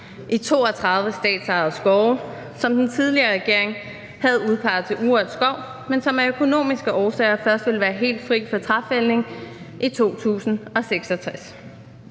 i 32 statsejede skove, som den tidligere regering havde udpeget til urørt skov, men som af økonomiske årsager først ville være helt fri for træfældning i 2066.